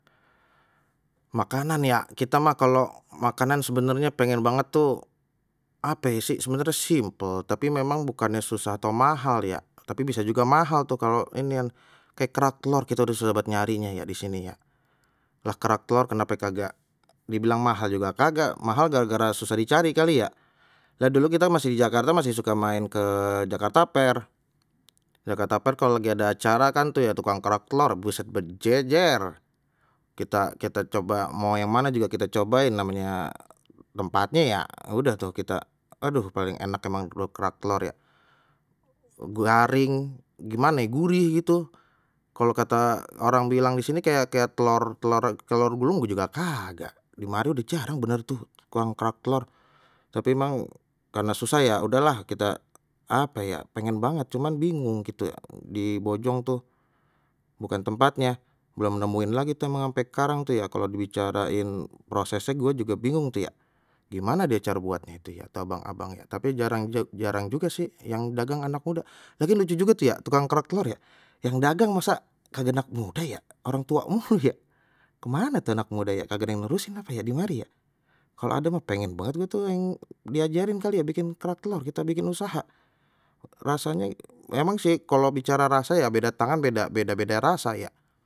Makanan ya kita mah kalau makanan sebenarnya pengen banget tuh ape sih, sebenarnya simpel tapi memang bukannya susah atau mahal ya, tapi bisa juga mahal tuh kalau inian kayak kerak telor gitu dah susah banget nyarinya ya di sini ya. Kerak telor kenape kagak dibilang mahal juga kagak mahal gara-gara susah dicari kali ya dan dulu kita masih di jakarta masih suka main ke jakarta fair, jakarta fair kalau lagi ada acara kan tuh ya tukang kerak telor buset bejejer, kita kita coba mau yang mana juga kita cobain namanya tempatnya ya udah tuh kita aduh paling enak emang kerak telor ya, garing gimana ya gurih gitu kalau kata orang bilang di sini kayak kayak telur telur telur burung juga kagak dimari udah jarang bener tuh tukang kerak telor tapi mang karena susah ya udahlah kita apa ya pengen banget cuman bingung gitu ya, di bojong tuh bukan tempatnya belum nemuin lagi tu emang sama sampai sekarang tuh ya kalau dibicarain prosesnya gue juga bingung tu ya dia gimana dia cara buatnya tu ya, itu abang-abang tapi jarang-jarang juga sih yang dagang anak muda, lagian lucu juga tu ya tukang kerak telor ya yang dagang masa kagak anak muda ya orang tua mulu ya, kemana tu anak muda ya kagak ada yang nerusin apa ya dimari ya, kalau ada mah pengen banget gua tu yang diajarin kali ya bikin kerak telor kita bikin usaha rasanya emang sih kalau bicara rasa ya beda tangan beda beda beda rasa ya.,